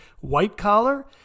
white-collar